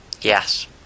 Yes